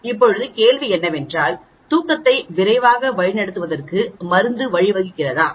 இப்போது கேள்வி என்னவென்றால் தூக்கத்தை விரைவாக வழிநடத்துவதற்கு மருந்து வழிவகுக்கிறதா